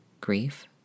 grief